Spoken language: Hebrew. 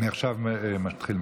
אני מתחיל עכשיו מחדש.